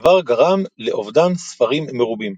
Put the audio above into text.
הדבר גרם לאבדן ספרים מרובים.